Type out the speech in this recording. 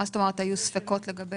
מה זאת אומרת שהיו ספקות לגבי האוכלוסייה?